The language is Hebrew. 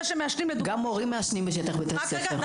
גם מורים מעשנים בשטח בית הספר.